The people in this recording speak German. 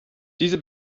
diese